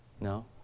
No